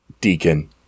Deacon